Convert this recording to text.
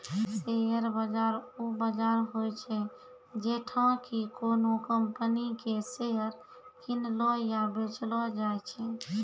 share बाजार उ बजार होय छै जैठां कि कोनो कंपनी के शेयर किनलो या बेचलो जाय छै